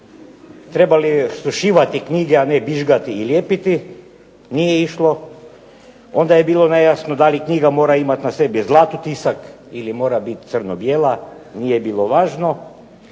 Trebali su šivati knjige, a ne bižgati i lijepiti. Nije išlo. Onda je bilo nejasno da li knjiga mora imati na sebi zlatotisak ili mora biti crno bijela. Nije bilo važno.